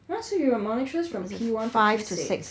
what so you're a monitress from P one to P six